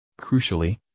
Crucially